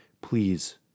please